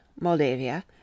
Moldavia